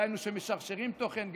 דהיינו שמשרשרים תוכן.